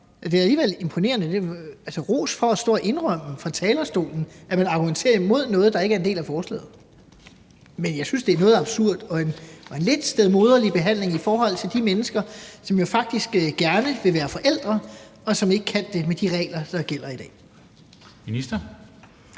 fra talerstolen, at man argumenterer imod noget, der ikke er en del af forslaget. Men jeg synes, det er noget absurd og en lidt stedmoderlig behandling i forhold til de mennesker, som jo faktisk gerne vil være forældre, og som ikke kan blive det med de regler, der gælder i dag.